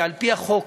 ועל-פי החוק,